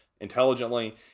intelligently